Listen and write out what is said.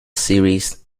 series